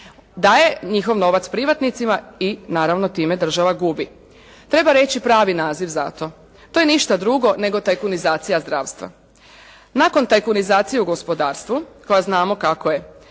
Daje njihov novac privatnicima i naravno time država gubi. Treba reći pravi naziv za to, to je ništa drugo nego tajkunizacija zdravstva. Nakon tajkunizacije u gospodarstvu koja znamo kako je,